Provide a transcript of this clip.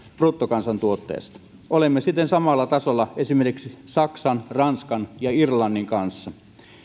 bruttokansantuotteesta olemme siten samalla tasolla esimerkiksi saksan ranskan ja irlannin kanssa